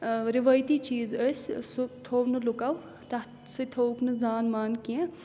رِوٲیتی چیٖز ٲسۍ سُہ تھوٚو نہٕ لُکو تَتھ سۭتۍ تھوٚوُکھ نہٕ زان مان کیٚنٛہہ